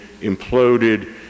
imploded